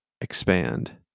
expand